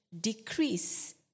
decrease